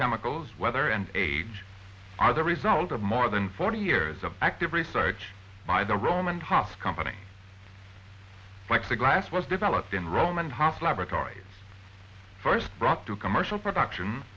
chemicals weather and age are the result of more than forty years of active research by the roman hof company like the glass was developed in roman laboratories first brought to commercial production